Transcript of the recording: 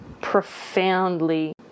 profoundly